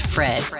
Fred